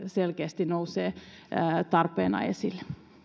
selkeästi nousee tarpeena esille